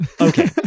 Okay